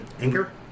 Anchor